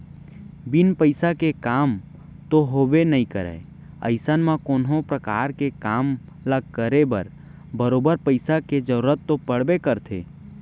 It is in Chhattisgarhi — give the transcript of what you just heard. बिन पइसा के काम तो होबे नइ करय अइसन म कोनो परकार के काम ल करे बर बरोबर पइसा के जरुरत तो पड़बे करथे